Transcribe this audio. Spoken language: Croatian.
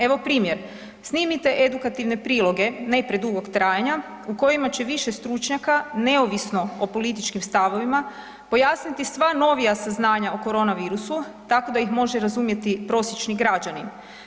Evo primjer, snimite edukativne priloge, ne predugog trajanja, u kojima će više stručnjaka neovisno o političkim stavovima, pojasniti sva novija saznanja o korona virusu, tako da ih može razumjeti prosječni građanin.